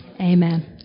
amen